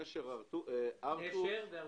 נשר והר-טוב.